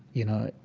you know,